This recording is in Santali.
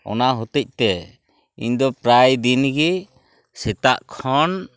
ᱚᱱᱟ ᱦᱚᱛᱮᱡᱛᱮ ᱤᱧᱫᱚ ᱯᱨᱟᱭᱫᱤᱱᱜᱮ ᱥᱮᱛᱟᱜ ᱠᱷᱚᱱ